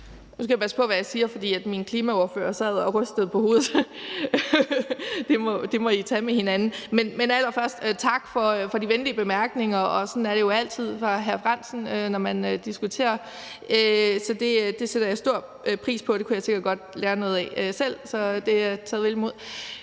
Nu skal jeg passe på, hvad jeg siger, for min klimaordfører sad og rystede på hovedet – den må I tage med hinanden. Men allerførst tak for de venlige bemærkninger, og sådan er det jo altid med hr. Henrik Frandsen, når man diskuterer, og det sætter jeg stor pris på. Det kunne jeg sikkert godt lære noget af selv, så det er taget vel imod.